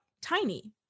tiny